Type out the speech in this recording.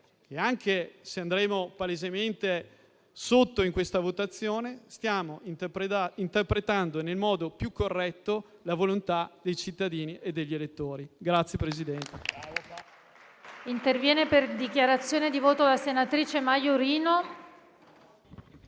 anche se andremo palesemente sotto in questa votazione, stiamo interpretando nel modo più corretto la volontà dei cittadini e degli elettori.